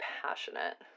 passionate